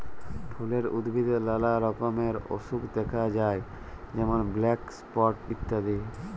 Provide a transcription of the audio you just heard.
ফুলের উদ্ভিদে লালা রকমের অসুখ দ্যাখা যায় যেমল ব্ল্যাক স্পট ইত্যাদি